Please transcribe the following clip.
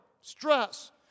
Stress